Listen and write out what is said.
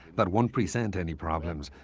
that won't present any problems,